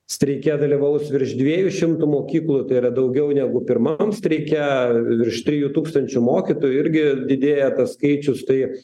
streike dalyvaus virš dviejų šimtų mokyklų tai yra daugiau negu pirmam streike virš trijų tūkstančių mokytojų irgi didėja tas skaičius tai